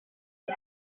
the